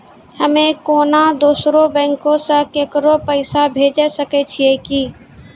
हम्मे कोनो दोसरो बैंको से केकरो पैसा भेजै सकै छियै कि?